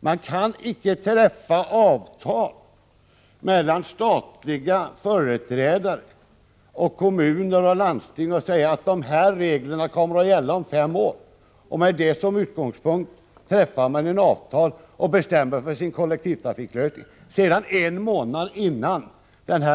Man kan inte träffa avtal om kollektivtrafikens utformning mellan stat, kommuner och landsting och säga att reglerna kommer att gälla i fem år och sedan, en månad innan